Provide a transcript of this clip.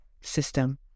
system